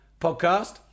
podcast